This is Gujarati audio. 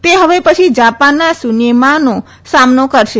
તે હવે પછી જાપાનના સુન્યેમાનો સામનો કરશે